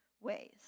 ways